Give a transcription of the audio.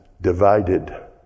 divided